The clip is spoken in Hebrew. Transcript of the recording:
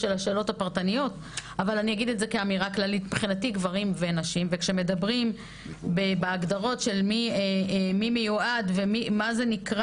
נשים וגברים וכשמדברים בהגדרות של מי מיועד ומה זה נקרא